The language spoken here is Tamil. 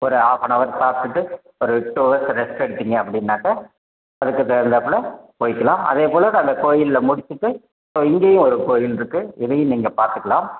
ஒரு ஹாஃப்நவர் சாப்பிடுட்டு ஒரு டூ ஹவர்ஸ் ரெஸ்ட் எடுத்தீங்க அப்படினாக்க அதுக்கு தகுந்தாப்புல போயிகுலாம் அதே போல் அங்கே கோவில முடிச்சுட்டு ஸோ இங்கேயும் ஒரு கோவில் இருக்குது இதையும் நீங்கள் பார்த்துக்கலாம்